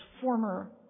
former